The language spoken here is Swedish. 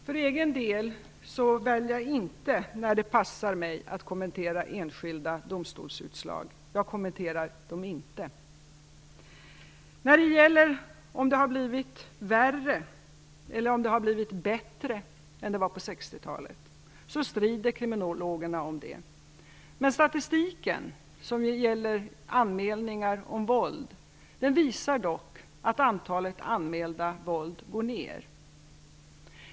Fru talman! För egen del väljer jag inte när det passar mig att kommentera enskilda domstolsutslag. Jag kommenterar dem inte alls. Kriminologerna strider om huruvida situationen har blivit värre eller bättre sedan 60-talet. Statistiken på anmälningar om våld visar dock att antalet anmälda våldsbrott går ned.